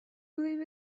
believe